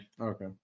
Okay